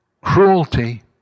cruelty